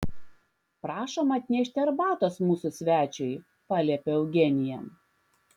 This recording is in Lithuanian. prašom atnešti arbatos mūsų svečiui paliepė eugenija